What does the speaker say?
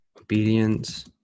obedience